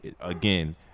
again